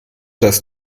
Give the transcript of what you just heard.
das